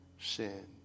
sin